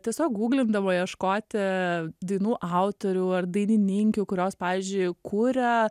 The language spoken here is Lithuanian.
tiesiog gūglindama ieškoti dainų autorių ar dainininkių kurios pavyzdžiui kuria